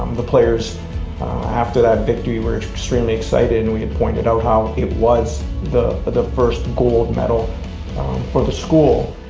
um the players after that victory were extremely excited and we had pointed out how it was the the first gold medal for the school,